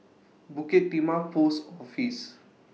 Bukit Timah Post Office